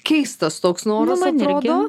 keistas toks noras atrodo